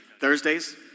Thursdays